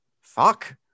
Fuck